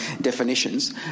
definitions